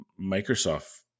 Microsoft